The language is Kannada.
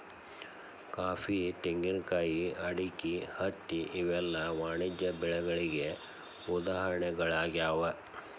ಕಾಫಿ, ತೆಂಗಿನಕಾಯಿ, ಅಡಿಕೆ, ಹತ್ತಿ ಇವೆಲ್ಲ ವಾಣಿಜ್ಯ ಬೆಳೆಗಳಿಗೆ ಉದಾಹರಣೆಗಳಾಗ್ಯಾವ